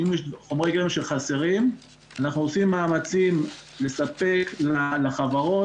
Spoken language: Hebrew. שאם יש חומרי גלם שחסרים אנחנו עושים מאמצים לספק לחברות,